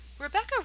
Rebecca